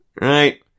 Right